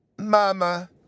mama